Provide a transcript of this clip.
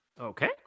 Okay